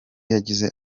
yagize